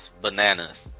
Bananas